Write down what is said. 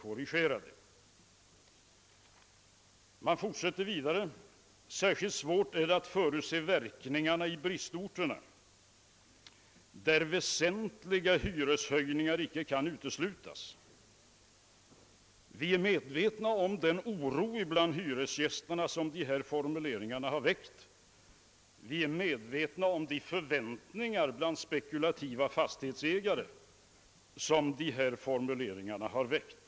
Motionärerna = fortsätter: = »Särskilt svårt är det att förutse verkningarna i bristorterna ——— där väsentliga hyreshöjningar inte kan uteslutas.» Vi är medvetna om den oro bland hyresgästerna och de förväntningar bland spekulativa fastighetsägare som dessa formuleringar har väckt.